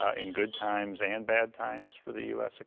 ah in good times and bad times for the u s.